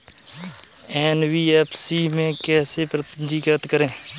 NBFC में कैसे पंजीकृत करें?